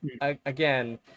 again